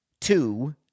two